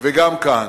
וגם כאן.